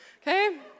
Okay